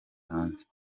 hanze